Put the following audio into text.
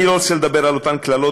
אני לא רוצה לדבר על אותן קללות,